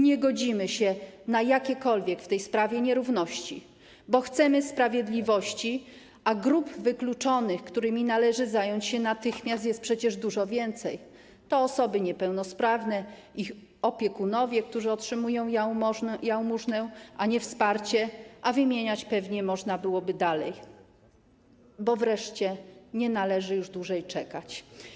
Nie godzimy się na jakiekolwiek nierówności w tej sprawie, bo chcemy sprawiedliwości, a grup wykluczonych, którymi należy zająć się natychmiast, jest przecież dużo więcej: to osoby niepełnosprawne, ich opiekunowie, którzy otrzymują jałmużnę, a nie wsparcie, wymieniać pewnie można byłoby dalej, bo nie należy już dłużej czekać.